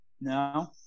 No